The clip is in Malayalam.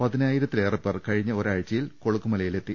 പതിനായിരത്തിലേറെപേർ കഴിഞ്ഞ ഒരാഴ്ച യിൽ കൊളുക്കുമലയിലെത്തി